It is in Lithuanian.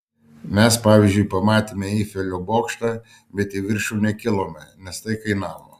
mes pavyzdžiui pamatėme eifelio bokštą bet į viršų nekilome nes tai kainavo